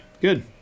Good